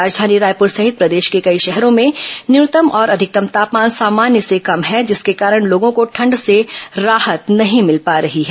राजधानी रायपुर सहित प्रदेश के कई शहरों में न्यनतम और अधिकतम तापमान सामान्य से कम है जिसके कारण लोगों को ठंड से राहत नहीं मिल पा रही है